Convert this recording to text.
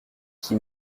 qui